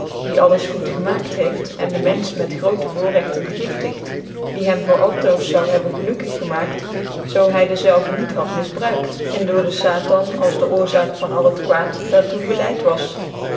dis alles goed gerankt heelt en den inenfeh met grootc voorregten begiftigt die hem voor a roos zoude h bben gelukkig gemaakt zoo hy dezelve niet had misbruikt cn door den satin als de oorzaak van al het kwaaj daar toe verleid was